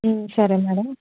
సరే మేడమ్